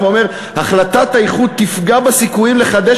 אומר: החלטת האיחוד תפגע בסיכויים לחדש